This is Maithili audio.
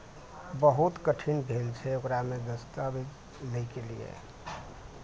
बहुत कठिन भेल छै ओकरामे दस्तावेज लयके लिए